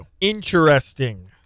Interesting